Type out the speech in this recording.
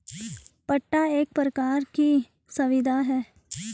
पट्टा एक प्रकार की संविदा है